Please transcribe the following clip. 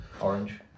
Orange